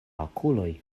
okuloj